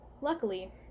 luckily